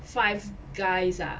Five Guys ah